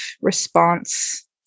response